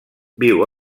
viu